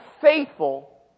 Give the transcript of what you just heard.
faithful